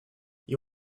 you